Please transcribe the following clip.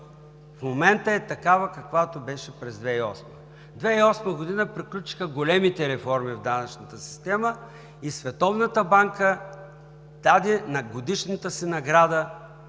в момента е такава, каквато беше през 2008 г. През 2008 г. приключиха големите реформи в данъчната система и Световната банка даде годишната си награда